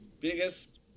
biggest